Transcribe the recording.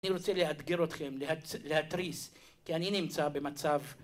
אני רוצה לאתגר אתכם להתריס כי אני נמצא במצב